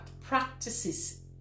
practices